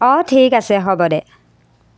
অঁ ঠিক আছে হ'ব দে